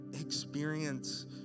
experience